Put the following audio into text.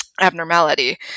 abnormality